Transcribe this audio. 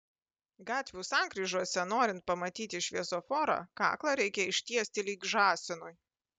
gatvių sankryžose norint pamatyti šviesoforą kaklą reikia ištiesti lyg žąsinui